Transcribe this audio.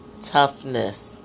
toughness